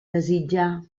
desitjar